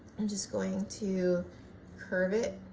i'm just going to curve it,